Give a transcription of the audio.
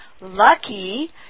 lucky